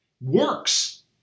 works